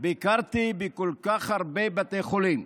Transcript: ביקרתי בכל כך הרבה בתי חולים,